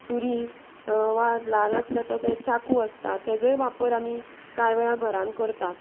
सुरी वा ल्हान आसलो तो चाकू आसता तेजोय वापर आमी कांय वेळा घरान करतात